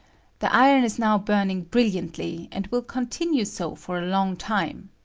the iron is now burn ing brilliantly, and will continue so for a long time.